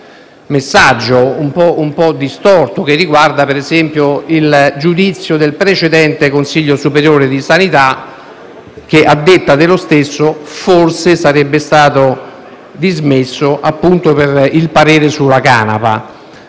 messaggio un po' distorto che riguarda, per esempio, il giudizio del precedente Consiglio superiore di sanità che, a detta dello stesso, forse sarebbe stato dismesso appunto per il parere sulla canapa.